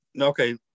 Okay